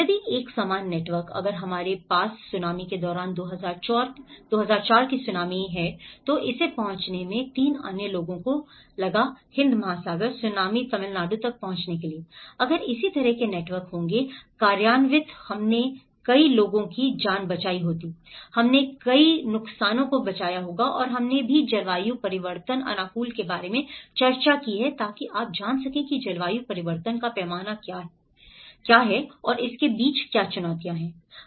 यदि एक समान नेटवर्क अगर हमारे पास सुनामी के दौरान 2004 की सुनामी है तो इसे पहुंचने में 3 अन्य लोगों को लगा हिंद महासागर सूनामी तमिलनाडु तक पहुंचने के लिए अगर इसी तरह के नेटवर्क होंगे कार्यान्वित हमने कई लोगों की जान बचाई होगी हमने कई नुकसानों को बचाया होगा और हमने भी जलवायु परिवर्तन अनुकूलन के बारे में चर्चा की है ताकि आप जान सकें कि जलवायु परिवर्तन का पैमाना क्या है और इसके बीच क्या चुनौतियाँ हैं